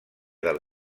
del